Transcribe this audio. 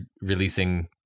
releasing